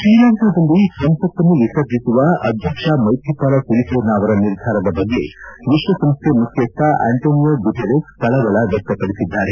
ಶ್ರೀಲಂಕಾದಲ್ಲಿ ಸಂಸತ್ತನ್ನು ವಿಸರ್ಜಿಸುವ ಅಧ್ಯಕ್ಷ ಮೇತ್ರಿಪಾಲ್ ಸಿರಿಸೇನಾ ಅವರ ನಿರ್ಧಾರದ ಬಗ್ಗೆ ವಿಶ್ವಸಂಸ್ಟೆ ಮುಖ್ಯಸ್ಥ ಆಂಟೋ ನಿಯೋ ಗುಟೆರೆಸ್ ಕಳವಳ ವಕ್ಷಪಡಿಸಿದ್ದಾರೆ